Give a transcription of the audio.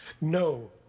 no